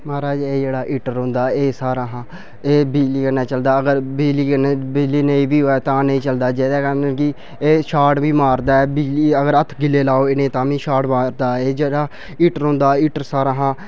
मा'राज एह् जेह्ड़ा हीटर होंदा एह् सारा हां एह् बिजली कन्नै चलदा अगर बिजली कन्नै बिजली नेईं बी होऐ तां नेईं चलदा जेह्दे कारण कि एह् शार्ट बी मारदा ऐ बिजली अगर हत्थ गीले लाओ इ'नेंगी तां बी शार्ट मारदा एह् जेह्ड़ा हीटर होंदा हीटर सारां हां